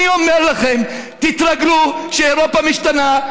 אני אומר לכם: תתרגלו שאירופה משתנה,